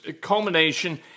culmination